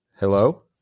Hello